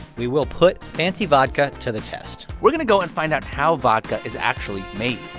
we will put fancy vodka to the test we're going to go and find out how vodka is actually made.